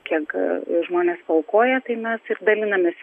kiek a žmonės paukoja tai mes ir dalinamės